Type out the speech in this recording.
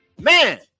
Man